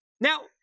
Now